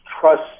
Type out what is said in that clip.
trust